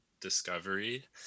discovery